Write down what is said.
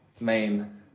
main